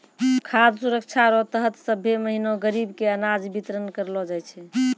खाद सुरक्षा रो तहत सभ्भे महीना गरीब के अनाज बितरन करलो जाय छै